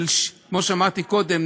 כמו שאמרתי קודם,